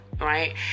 right